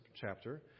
chapter